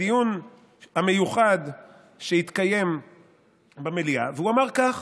בדיון המיוחד שהתקיים במליאה, והוא אמר כך: